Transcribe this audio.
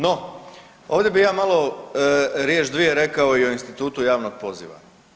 No, ovdje bi ja malo riječ, dvije rekao i o institutu javnog poziva.